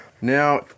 now